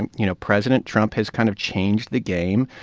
and you know, president trump has kind of changed the game.